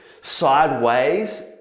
sideways